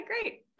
great